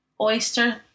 oyster